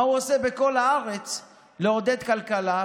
מה הוא עושה בכל הארץ לעודד כלכלה,